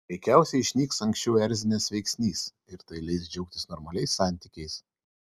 veikiausiai išnyks anksčiau erzinęs veiksnys ir tai leis džiaugtis normaliais santykiais